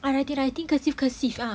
I writing writing cursive cursive ah